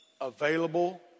available